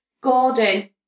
Gordon